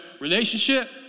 Relationship